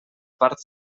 part